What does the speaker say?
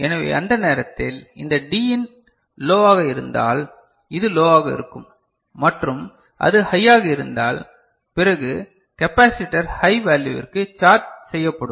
எனவே அந்த நேரத்தில் இந்த D இன் லோவாக இருந்தால் இது லோவாக இருக்கும் மற்றும் அது ஹையாக இருந்தால் பிறகு கெபாசிடர் ஹை வேல்யுவிற்கு சார்ஜ் செய்யப்படும்